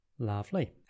Lovely